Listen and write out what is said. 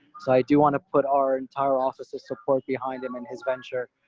so i do want to put our entire offices support behind him in his venture.